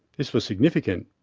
this was significant,